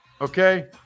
Okay